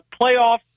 playoffs